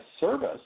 service